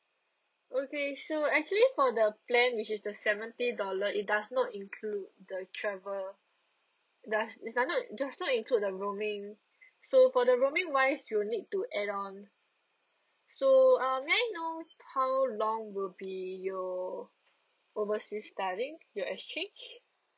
okay so actually for the plan which is the seventy dollar it does not include the travel does it does not does not include the roaming so for the roaming wise you need to add on so uh may I know how long will be your overseas studying your exchange